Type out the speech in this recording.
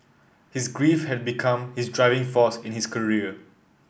his grief had become his driving force in his career